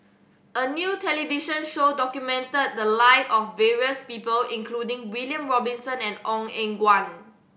a new television show documented the live of various people including William Robinson and Ong Eng Guan